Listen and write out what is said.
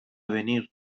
venir